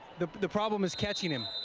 the the problem is catching him.